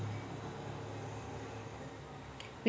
बिमा भराची तारीख मले कशी मायती पडन?